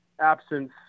absence